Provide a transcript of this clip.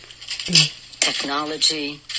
technology